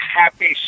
happy